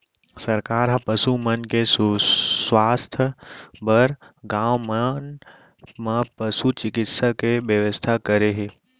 सरकार ह पसु मन के सुवास्थ बर गॉंव मन म पसु चिकित्सा के बेवस्था करे हे